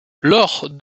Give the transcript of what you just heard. lors